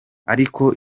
ariko